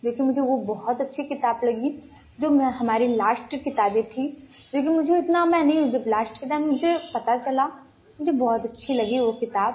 जो कि मुझे वह बहुत अच्छी किताब लगी जो मैं हमारी लास्ट किताबें थी लेकिन मुझे उतना मैं नहीं जब लास्ट किताब मुझे पता चला मुझे बहुत अच्छी लगी वह किताब